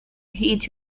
heed